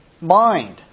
mind